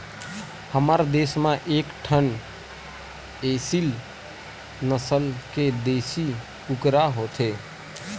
हमर देस म एकठन एसील नसल के देसी कुकरा होथे